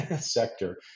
sector